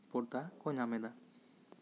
ᱯᱚᱲᱛᱟ ᱠᱚ ᱧᱟᱢ ᱮᱫᱟ